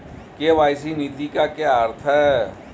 KYC नीति का क्या अर्थ है?